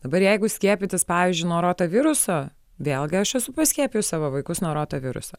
dabar jeigu skiepytis pavyzdžiui nuo rotaviruso vėlgi aš esu paskiepijus savo vaikus nuo rotaviruso